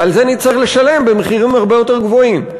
ועל זה נצטרך לשלם מחירים הרבה יותר גבוהים.